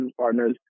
partners